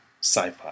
sci-fi